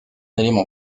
élément